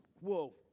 Whoa